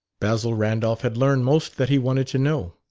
basil randolph had learned most that he wanted to know,